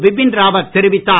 பிபின் ராவத் தெரிவித்தார்